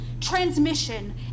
transmission